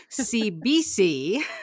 CBC